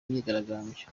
myigaragambyo